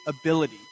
ability